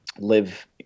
live